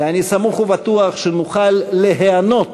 ואני סמוך ובטוח שנוכל להיענות